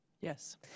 Yes